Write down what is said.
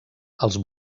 els